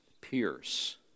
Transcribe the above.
pierce